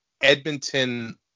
Edmonton